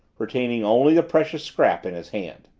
retaining only the precious scrap in his hand.